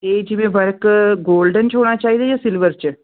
ਇਹ ਜਿਵੇਂ work golden 'ਚ ਹੋਣਾ ਚਾਹੀਦਾ ਜਾਂ ਸਿਲਵਰ 'ਚ